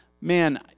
man